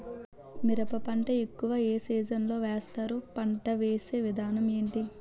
మిరప పంట ఎక్కువుగా ఏ సీజన్ లో వేస్తారు? పంట వేసే విధానం ఎంటి?